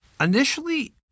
Initially